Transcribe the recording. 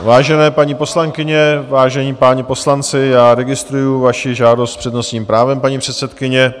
Vážené paní poslankyně, vážení páni poslanci, registruji vaši žádost s přednostním právem, paní předsedkyně.